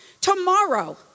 Tomorrow